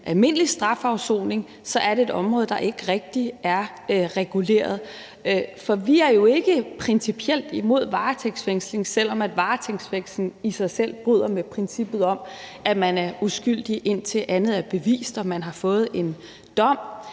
almindelig strafafsoning er det et område, der ikke rigtig er reguleret. Vi er jo ikke principielt imod varetægtsfængsling, selv om varetægtsfængsling i sig selv bryder med princippet om, at man er uskyldig, indtil andet er bevist og man har fået en dom.